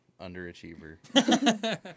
underachiever